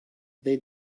they